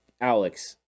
Alex